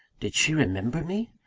did she remember me?